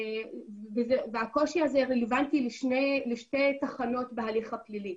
והקושי הזה רלוונטי לשתי תחנות בהליך הפלילי,